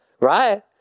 right